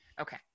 Okay